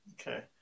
Okay